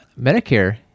Medicare